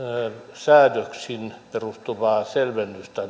säädöksiin perustuvaa selvennystä